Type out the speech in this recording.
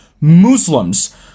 Muslims